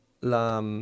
la